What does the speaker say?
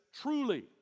truly